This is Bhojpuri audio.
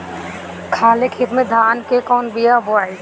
खाले खेत में धान के कौन बीया बोआई?